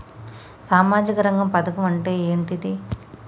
సామాజిక రంగ పథకం అంటే ఏంటిది?